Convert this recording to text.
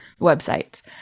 websites